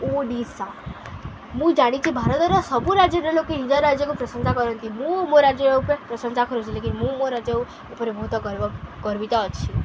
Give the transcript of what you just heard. ଓଡ଼ିଶା ମୁଁ ଜାଣିଛି ଭାରତର ସବୁ ରାଜ୍ୟର ଲୋକେ ନିଜ ରାଜ୍ୟକୁ ପ୍ରଶଂସା କରନ୍ତି ମୁଁ ମୋ ରାଜ୍ୟ ଉପରେ ପ୍ରଶଂସା କରୁଛି କି ମୁଁ ମୋ ରାଜ୍ୟ ଉପରେ ବହୁତ ଗର୍ବ ଗର୍ବିତ ଅଛି